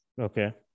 Okay